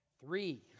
Three